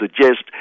suggest